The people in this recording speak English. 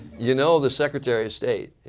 you know the secretary of state,